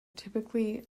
typically